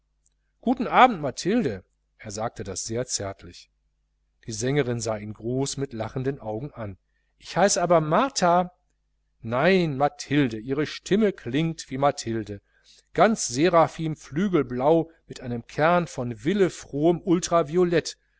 guten abend mathilde er sagte das sehr zärtlich die sängerin sah ihn groß mit lachenden augen an ich heiße aber martha nein mathilde ihre stimme klingt wie mathilde ganz seraphimflügelblau mit einem kern von willefrohem ultraviolett